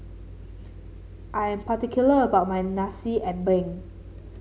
I am particular about my Nasi Ambeng